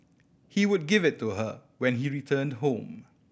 he would give it to her when he returned home